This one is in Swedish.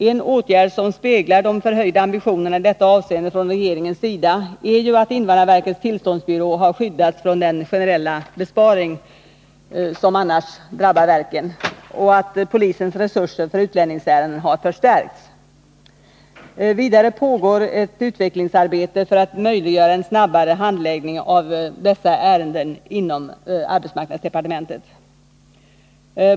En åtgärd som avspeglar de förhöjda ambitionerna i detta avseende från regeringens sida är ju att invandrarverkets tillståndsbyrå har skyddats från den generella besparing som annars drabbar verken och att polisens resurser för utlänningsärenden förstärks. Vidare pågår ett utvecklingsarbete för att möjliggöra en snabbare handläggning av dessa ärenden inom arbetsmarknadsdepartementet.